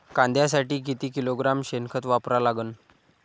कांद्यासाठी किती किलोग्रॅम शेनखत वापरा लागन?